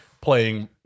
playing